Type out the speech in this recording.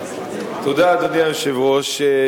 תודה, אדוני היושב-ראש.